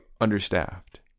understaffed